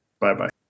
Bye-bye